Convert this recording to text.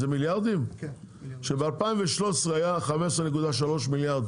עולה שב-2013 היה 15.3 מיליארד